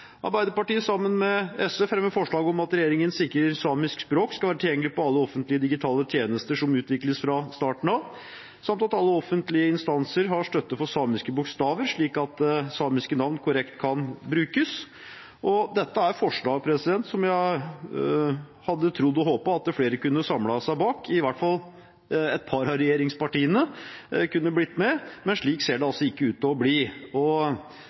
Arbeiderpartiet fremmer sammen med SV et forslag om at regjeringen sikrer at samisk språk skal være tilgjengelig på alle digitale tjenester som utvikles, fra starten av, samt at alle offentlige instanser har støtte for samiske bokstaver, slik at samiske navn kan brukes korrekt. Dette er forslag som jeg hadde trodd og håpet at flere kunne samle seg bak, i hvert fall at et par av regjeringspartiene kunne blitt med, men slik ser det altså ikke ut til å bli.